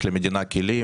יש למדינה כלים